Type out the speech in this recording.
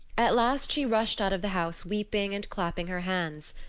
at last she rushed out of the house weeping and clapping her hands.